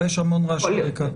אבל יש המון רעש ברקע.